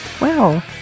Wow